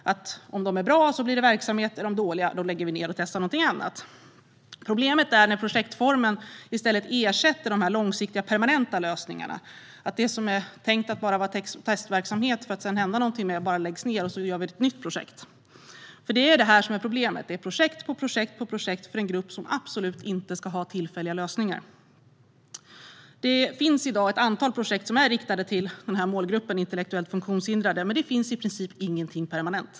Är de bra blir det verksamhet, är de dåliga lägger vi ned dem och testar någonting annat. Problemet är när projektformen i stället ersätter de långsiktiga och permanenta lösningarna. Det som är tänkt att vara testverksamhet som det sedan ska hända någonting med läggs bara ned, och så gör vi ett nytt projekt. Det är det här som är problemet. Det är projekt på projekt på projekt för en grupp som absolut inte ska ha tillfälliga lösningar. Det finns i dag ett antal projekt som är riktade till den här målgruppen, intellektuellt funktionshindrade, men det finns i princip ingenting permanent.